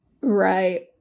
Right